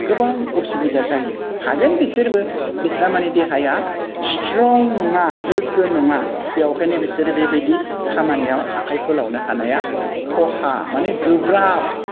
गोबां असुबिदा जायो हागोन बिसोरबो बिसोरहा माने देहाया स्ट्रं नङा गोग्गो नङा बेखायनो बिसोरो बेबायदि खामानियाव आखाइ फोलावनो हानाया खहा माने गोब्राब